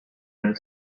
nel